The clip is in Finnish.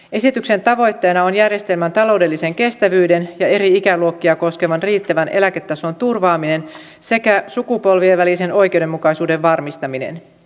esityksen tavoitteena on järjestelmän taloudellisen kestävyyden ja eri ikäluokkia koskevan riittävän eläketason turvaaminen sekä sukupolvien välisen oikeudenmukaisuuden varmistaminen